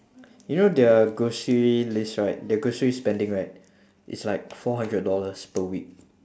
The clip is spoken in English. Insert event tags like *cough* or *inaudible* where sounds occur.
*noise* you know their grocery list right their grocery spending right is like four hundred dollars per week